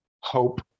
hope